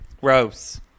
Gross